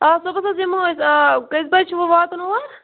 آ صُبحس حظ یمو أسۍ کٔژِِ بَجہِ چھُ وۄنۍ واتُن اور